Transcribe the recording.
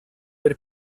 per